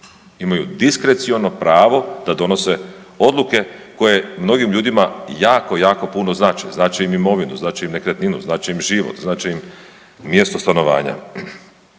imaju diskreciono pravo da donose odluke koje mnogim ljudima jako jako puno znače, znače im imovinu, znače im nekretninu, znače im život, znače im mjesto stanovanja.